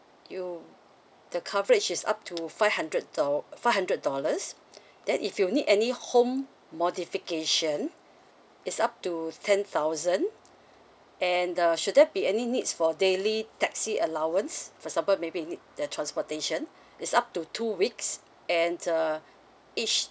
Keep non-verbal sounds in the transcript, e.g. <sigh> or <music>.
you the coverage is up to five hundred do~ five hundred dollars <breath> then if you need any home modification it's up to ten thousand and uh should there be any needs for daily taxi allowance for example maybe need the transportation <breath> it's up to two weeks and uh each